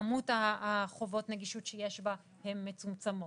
כמות חובות הנגישות שיש להם הן מצומצמות.